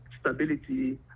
stability